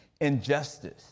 injustice